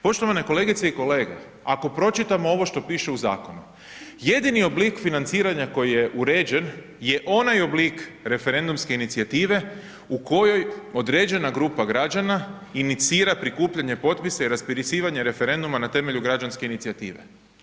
Poštovane kolegice i kolege, ako pročitamo ovo što piše u zakonu, jedini oblik financiranja koji je uređen je onaj oblik referendumske inicijative u kojoj određena grupa građana inicira prikupljanje potpisa i raspisivanje referenduma na temelju građanske inicijative.